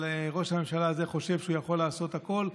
אבל ראש הממשלה הזה חושב שהוא יכול לעשות הכול,